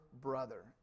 brother